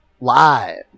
Live